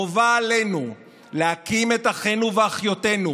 חובה עלינו להקים את אחינו ואחיותינו